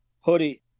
hoodie